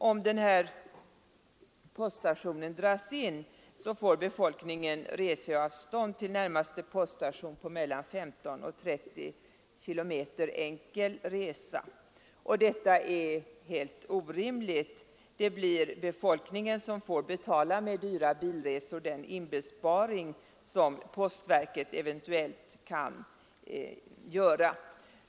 Om den här poststationen dras in får befolkningen reseavstånd till närmaste poststation på mellan 15 och 30 kilometer enkel resa, och detta är orimligt. Det blir befolkningen som med dyra bilresor får betala den inbesparing som postverket eventuellt kan göra.